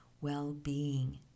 well-being